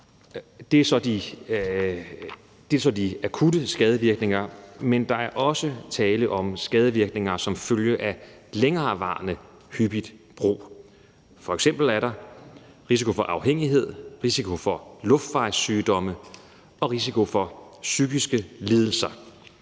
Det er så de akutte skadevirkninger. Men der er også tale om skadevirkninger som følge af længerevarende hyppig brug af cannabis. Der er f.eks. risiko for afhængighed, risiko for luftvejssygdomme og risiko for psykiske lidelser.